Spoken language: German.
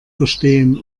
verstehen